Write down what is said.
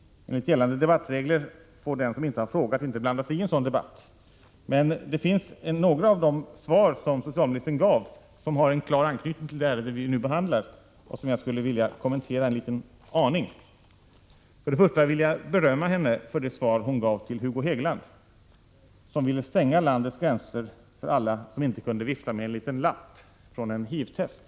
Enligt gällande debattregler får den som inte har frågat inte blanda sig i en sådan debatt, men några av de svar som socialministern gav har en klar anknytning till det ärende vi nu behandlar, och jag skulle därför vilja kommentera dem en liten aning. För det första vill jag berömma socialministern för det svar hon gav till Hugo Hegeland, som ville stänga landets gränser för alla som inte kunde vifta med en liten lapp från ett HIV-test.